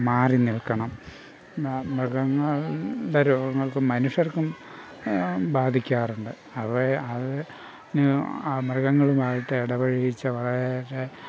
മാറി നിൽക്കണം മൃഗങ്ങളുടെ രോഗങ്ങൾക്ക് മനുഷ്യർക്കും ബാധിക്കാറുണ്ട് അവയേ അത് മൃഗങ്ങളുമായിട്ട് ഇടപഴകിച്ചവരെ